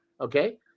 Okay